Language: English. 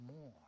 more